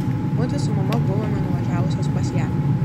mudvi su mama buvome nuvažiavusios pas ją